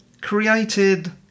created